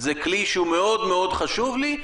זה כלי שהוא מאוד מאוד חשוב לי.